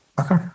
Okay